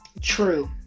True